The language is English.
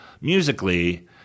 musically